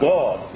God